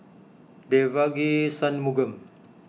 Devagi Sanmugam